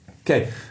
Okay